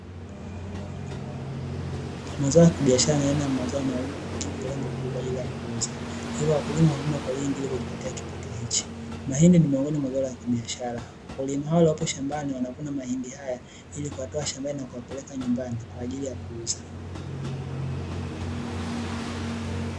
Mazao ya kibiashara ni aina ya mazao yanayolimwa kwa wingi, wakulima hulima kwa wingi ili kujipatia kipato hichi, mahindi ni miongoni mwa zao la biashara. Wakulima hawa wapo shambani wanavun mazao haya ili kuyatoa shambani na kwenda kuuza.